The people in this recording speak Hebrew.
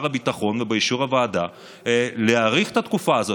הביטחון ואישור הוועדה להאריך את התקופה הזאת.